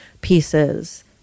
pieces